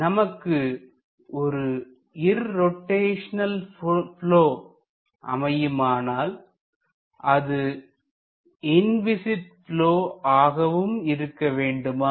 நமக்கு ஒரு irrotational flow அமையுமானால் அது இன்விஸிட் ப்லொ ஆகவும் இருக்க வேண்டுமா